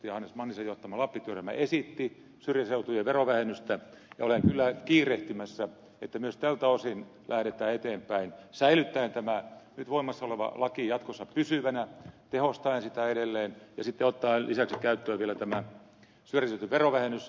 hannes manninen johtama lappi työryhmä esitti syrjäseutujen verovähennystä ja olen kyllä kiirehtimässä että myös tältä osin lähdetään eteenpäin säilyttäen tämä nyt voimassa oleva laki jatkossa pysyvänä tehostaen sitä edelleen ja sitten ottaen lisäksi käyttöön vielä tämä syrjäseutujen verovähennys